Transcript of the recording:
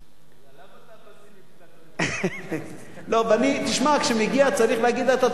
למה אתה, לא, תשמע, כשמגיע, צריך להגיד את התודה.